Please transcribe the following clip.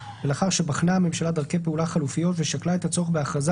ולאחר שבחנה הממשלה דרכי פעולה חלופיות ושקלה את הצורך בהכרזה